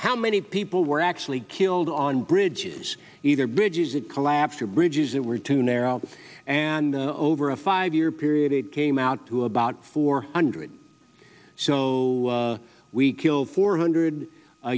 how many people were actually killed on bridges either bridges that collapsed or bridges that were too narrow and over a five year period it came out to about four hundred so we kill four hundred a